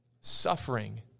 suffering